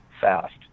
fast